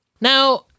Now